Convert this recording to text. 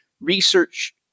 research